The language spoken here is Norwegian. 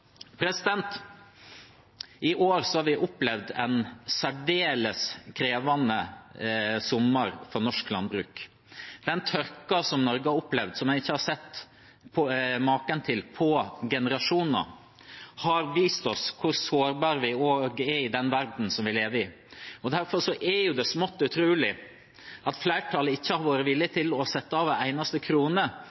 av. I år har vi opplevd en særdeles krevende sommer for norsk landbruk. Den tørken Norge opplevde, som en ikke har sett maken til på generasjoner, har vist oss hvor sårbare vi er i den verden vi lever i. Derfor er det smått utrolig at flertallet ikke har vært villig til å sette av en eneste krone